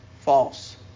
false